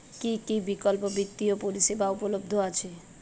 কী কী বিকল্প বিত্তীয় পরিষেবা উপলব্ধ আছে?